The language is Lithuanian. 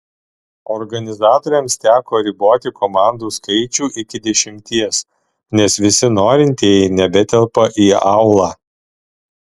organizatoriams teko riboti komandų skaičių iki dešimties nes visi norintieji nebetelpa į aulą